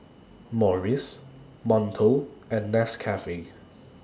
Morries Monto and Nescafe